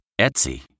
Etsy